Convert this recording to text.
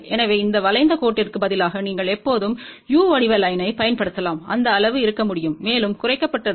எனவே இந்த வளைந்த கோட்டிற்கு பதிலாக நீங்கள் எப்போதும் u வடிவ லைன்யைப் பயன்படுத்தலாம் அந்த அளவு இருக்க முடியும் மேலும் குறைக்கப்பட்டது